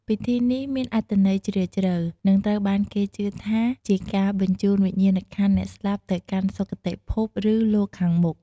ពិធីនេះមានអត្ថន័យជ្រាលជ្រៅ និងត្រូវបានគេជឿថាជាការបញ្ជូនវិញ្ញាណក្ខន្ធអ្នកស្លាប់ទៅកាន់សុគតិភពឬលោកខាងមុខ។